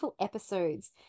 episodes